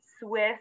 Swiss